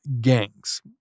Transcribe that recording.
gangs